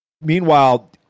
Meanwhile